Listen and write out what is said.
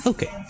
Okay